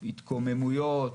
של התקוממויות,